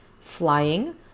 flying